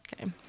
Okay